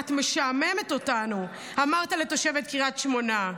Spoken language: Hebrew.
"את משעממת אותנו", אמרת לתושבת קריית שמונה.